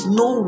no